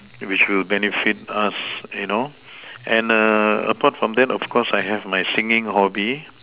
which will benefit us you know and apart from that I have also my singing hobby